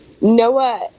Noah